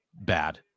bad